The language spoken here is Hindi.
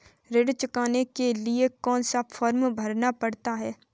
ऋण चुकाने के लिए कौन सा फॉर्म भरना पड़ता है?